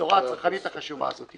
הבשורה הצרכנית החשובה הזאת.